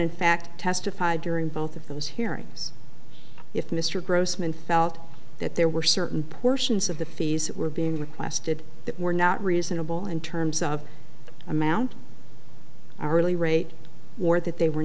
in fact testified during both of those hearings if mr grossman felt that there were certain portions of the fees that were being requested that were not reasonable in terms of the amount hourly rate or that they were